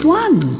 one